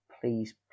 please